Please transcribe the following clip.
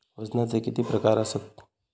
वजनाचे किती प्रकार आसत?